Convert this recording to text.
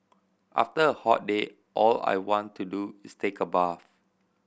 after a hot day all I want to do is take a bath